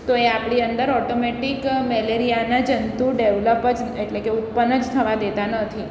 તો એ આપણી અંદર ઓટોમેટિક મેલેરિયાના જંતુ ડેવલપ જ એટલે કે ઉત્પન્ન જ થવા દેતા નથી